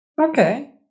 Okay